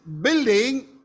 building